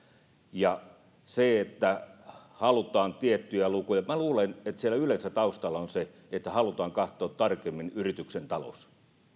siinä että halutaan tiettyjä lukuja minä luulen että yleensä taustalla on se että halutaan katsoa tarkemmin yrityksen talous